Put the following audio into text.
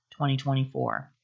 2024